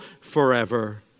forever